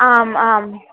आम् आम्